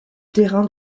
terrain